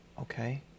okay